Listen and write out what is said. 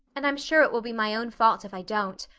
and i'm sure it will be my own fault if i don't.